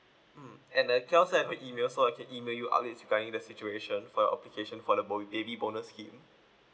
mm and uh can I also have your email so I can email you updates regarding the situation for your application for the bonu~ baby bonus scheme